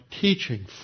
teaching